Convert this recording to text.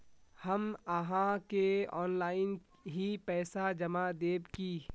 हम आहाँ के ऑनलाइन ही पैसा जमा देब की?